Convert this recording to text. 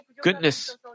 goodness